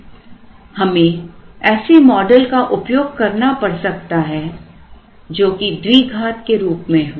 हमें ऐसे मॉडल का उपयोग करना पड़ सकता हैजो कि द्विघात के रूप में हो